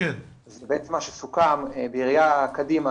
ובעצם מה שסוכם בראייה קדימה